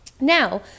Now